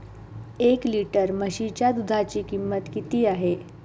एक लिटर म्हशीच्या दुधाची किंमत किती आहे?